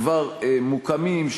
כבר מוקמים,